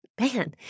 Man